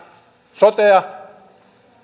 sotea